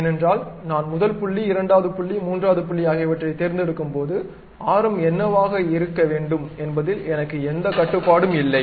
ஏனென்றால் நான் முதல் புள்ளி இரண்டாவது புள்ளி மூன்றாவது புள்ளி ஆகியவற்றைத் தேர்ந்தெடுக்கும்போது ஆரம் என்னவாக இருக்க வேண்டும் என்பதில் எனக்கு எந்தக் கட்டுப்பாடும் இல்லை